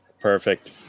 Perfect